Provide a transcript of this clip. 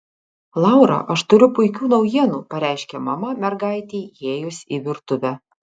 laura aš turiu puikių naujienų pareiškė mama mergaitei įėjus į virtuvę